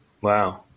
Wow